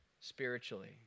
spiritually